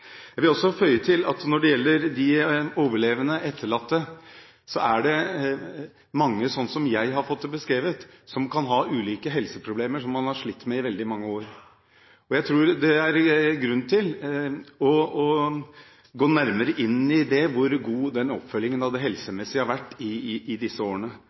Jeg vil også føye til at når det gjelder de overlevende og etterlatte, er det mange, sånn som jeg har fått det beskrevet, som kan ha ulike helseproblemer som de har slitt med i veldig mange år. Jeg tror det er grunn til å gå nærmere inn i det, hvor god oppfølgingen av det helsemessige har vært i disse årene,